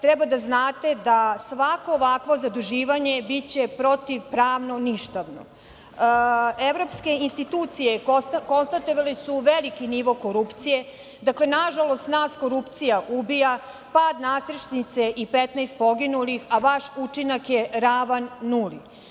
treba da znate da svako ovakvo zaduživanje biće protivpravno ništavno. Evropske institucije konstatovali su veliki nivo korupcije. Dakle, nažalost, nas korupcija ubija, pad nadstrešnice i 15 poginulih, a vaš učinak je ravan nuli.